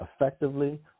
effectively